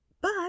But